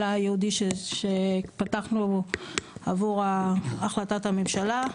הייעודי שפתחנו עבור החלטת הממשלה,